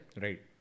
Right